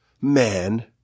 Man